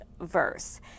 verse